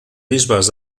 bisbes